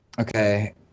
okay